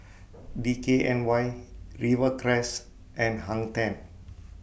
D K N Y Rivercrest and Hang ten